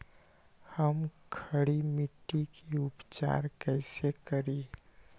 हम खड़ी मिट्टी के उपचार कईसे करी?